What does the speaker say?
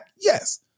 Yes